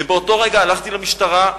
ובאותו רגע הלכתי למשטרה,